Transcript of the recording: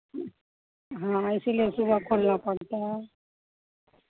हाँ इसीलिए सुबह खोलना पड़ता है